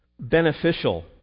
beneficial